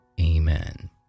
Amen